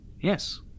Yes